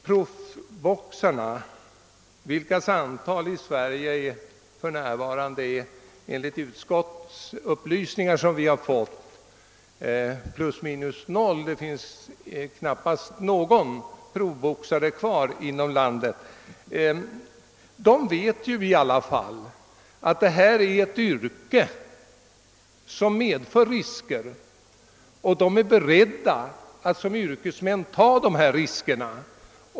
Proboxarnas antal i Sverige är för närvarande enligt de upplysningar som utskottet fått + 0. Proboxare vet säkerligen att det är fråga om ett yrke som medför risker, och de är också beredda att som yrkesmän ta dessa risker.